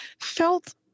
felt